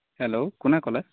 hello কোনে ক'লে